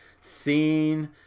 seen